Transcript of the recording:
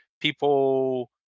people